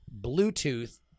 Bluetooth